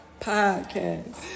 podcast